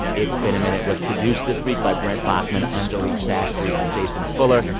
it's been a minute was produced this week by brent baughman, anjuli sastry and jason fuller.